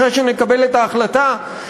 אחרי שנקבל את ההחלטה?